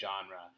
genre